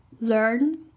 learn